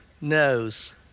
knows